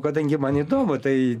kadangi man įdomu tai